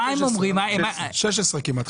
16 כמעט...